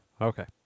Okay